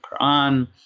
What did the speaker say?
Quran